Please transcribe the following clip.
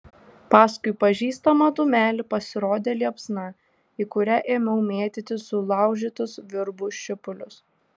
paskui pažįstamą dūmelį pasirodė liepsna į kurią ėmiau mėtyti sulaužytus virbų šipulius